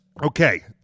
Okay